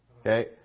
Okay